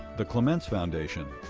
the clements foundation.